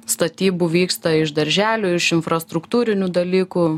statybų vyksta iš darželių iš infrastruktūrinių dalykų